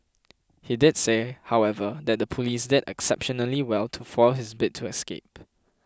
he did say however that the police did exceptionally well to foil his bid to escape